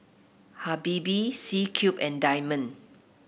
Habibie C Cube and Diamond